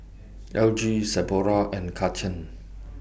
L G Sephora and Karcher